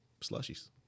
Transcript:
slushies